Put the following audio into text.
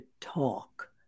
talk